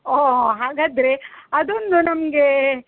ಓಹೊಹೊ ಹಾಗಾದರೆ ಅದೊಂದು ನಮಗೆ